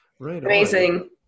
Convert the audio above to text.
Amazing